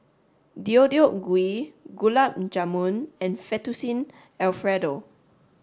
Deodeok Gui Gulab Jamun and Fettuccine Alfredo